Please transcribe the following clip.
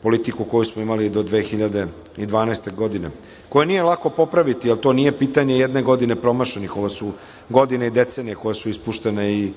politiku koju smo imali do 2012. godine, a koju nije lako popraviti, jer to nije pitanje jedne godine promašenih. Ovo su godine i decenije koje su ispuštene i